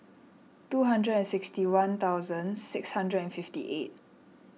two hundred and sixty one thousand six hundred and fifty eight